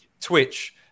Twitch